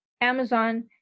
Amazon